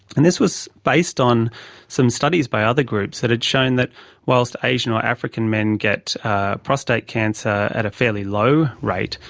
and this was based on some studies by other groups that had shown that whilst asian or african men get prostate cancer at a fairly low rate,